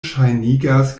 ŝajnigas